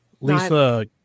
Lisa